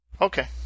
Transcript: Okay